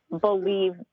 believe